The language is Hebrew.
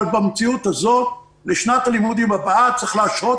אבל במציאות הזאת לשנת הלימודים הבאה צריך להשהות